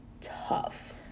tough